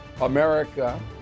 America